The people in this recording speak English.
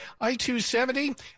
I-270